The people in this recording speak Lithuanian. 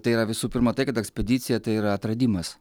tai yra visų pirma tai kad ekspedicija tai yra atradimas